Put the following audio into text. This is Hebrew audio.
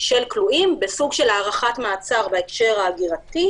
של כלואים בסוג של הארכת מעצר בהקשר ההגירה,